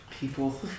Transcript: people